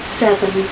seven